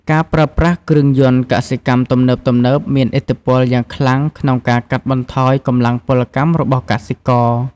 ការប្រើប្រាស់គ្រឿងយន្តកសិកម្មទំនើបៗមានឥទ្ធិពលយ៉ាងខ្លាំងក្នុងការកាត់បន្ថយកម្លាំងពលកម្មរបស់កសិករ។